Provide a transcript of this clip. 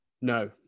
no